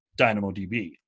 DynamoDB